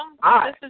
Hi